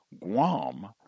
Guam